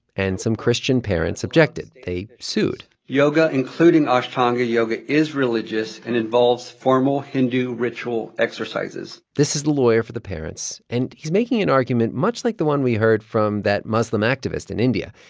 and some christian parents objected. they sued yoga, including ashtanga yoga, is religious and involves formal hindu ritual exercises this is the lawyer for the parents. and he's making an argument much like the one we heard from that muslim activist in india,